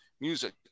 music